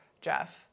jeff